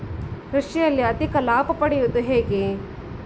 ಕೃಷಿಯಲ್ಲಿ ಅಧಿಕ ಲಾಭ ಹೇಗೆ ಪಡೆಯಬಹುದು?